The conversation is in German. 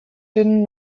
dünnen